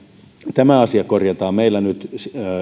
tämä asia korjataan meillä nyt